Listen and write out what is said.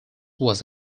was